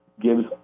gives